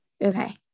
Okay